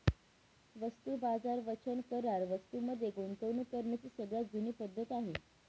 वस्तू बाजार वचन करार वस्तूं मध्ये गुंतवणूक करण्याची सगळ्यात जुनी पद्धत आहे